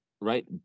right